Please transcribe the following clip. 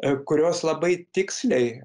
kurios labai tiksliai